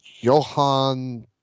Johan